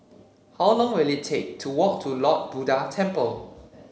how long will it take to walk to Lord Buddha Temple